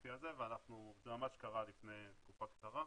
הספציפי הזה, זה ממש קרה לפני תקופה קצרה,